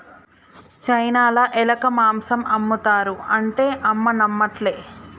చైనాల ఎలక మాంసం ఆమ్ముతారు అంటే అమ్మ నమ్మట్లే